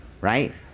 right